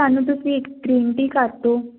ਸਾਨੂੰ ਤੁਸੀਂ ਇੱਕ ਗ੍ਰੀਨ ਟੀ ਕਰ ਦਿਓ